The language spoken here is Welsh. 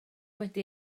wedi